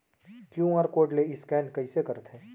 QR code ले scan कइसे करथे?